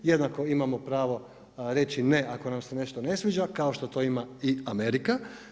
Jednako imamo pravo reći ne ako nas se nešto ne sviđa, kao što to ima i Amerika.